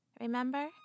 Remember